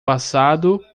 passado